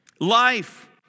Life